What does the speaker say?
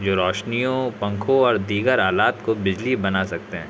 جو روشنیوں پنکھوں اور دیگر آلات کو بجلی بنا سکتے ہیں